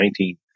2019